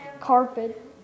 carpet